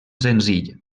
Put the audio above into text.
senzill